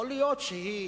יכול להיות שהיא